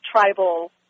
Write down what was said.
tribal